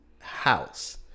house